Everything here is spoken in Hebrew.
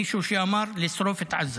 מישהו שאמר: לשרוף את עזה.